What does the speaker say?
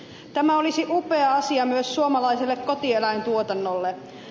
tämä olisi upea asia myös suomalaiselle kotieläintuotannolle